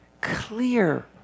clear